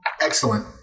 Excellent